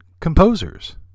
composers